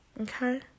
Okay